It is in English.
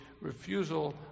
refusal